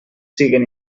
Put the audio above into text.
siguen